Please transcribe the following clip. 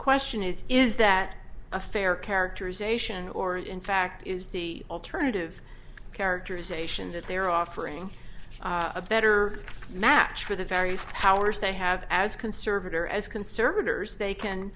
question is is that a fair characterization or in fact is the alternative characterization that they're offering a better match for the various powers they have as conservator as conservators they can